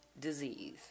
disease